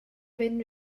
fynd